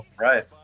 Right